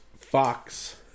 fox